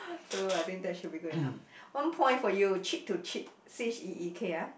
so I think that should be good enough one point for you cheek to cheek C H E E K ah